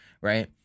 right